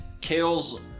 Kale's